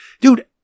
Dude